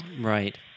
Right